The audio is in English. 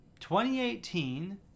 2018